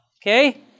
okay